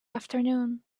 afternoon